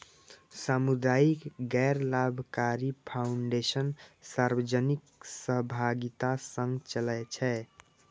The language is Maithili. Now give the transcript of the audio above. सामुदायिक गैर लाभकारी फाउंडेशन सार्वजनिक सहभागिता सं चलै छै